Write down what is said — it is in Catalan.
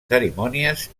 cerimònies